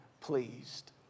pleased